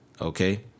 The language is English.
Okay